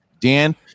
Dan